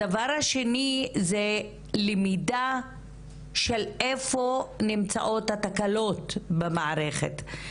הדבר השני זו למידה - איפה נמצאות התקלות במערכת.